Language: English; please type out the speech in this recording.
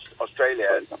Australia